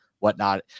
whatnot